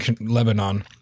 Lebanon